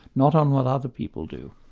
not on what other people do.